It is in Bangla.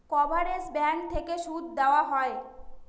কভারেজ ব্যাঙ্ক থেকে সুদ দেওয়া হয়